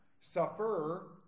suffer